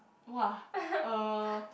!wah! uh